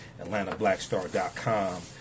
AtlantaBlackStar.com